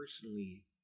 personally